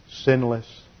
sinless